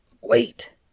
wait